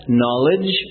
knowledge